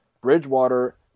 Bridgewater